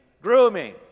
grooming